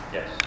Yes